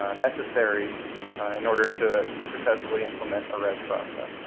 ah necessary and order to successfully implement a rez process?